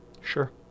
Sure